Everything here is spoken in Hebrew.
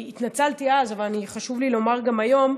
התנצלתי אז, אבל חשוב לי לומר גם היום,